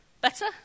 better